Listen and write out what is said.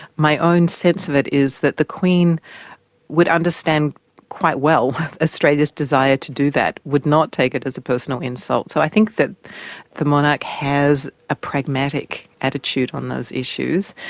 my own sense of it is that the queen would understand quite well australia's desire to do that, would not take it as a personal insult. so i think that the monarch has a pragmatic attitude on those issues,